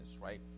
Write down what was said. right